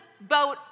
boat